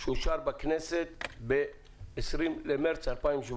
שאושר בכנסת ב-20 במרס 2017,